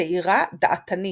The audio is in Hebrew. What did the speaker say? צעירה דעתנית,